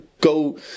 go